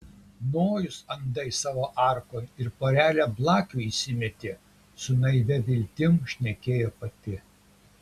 nojus andai savo arkon ir porelę blakių įsimetė su naivia viltim šnekėjo pati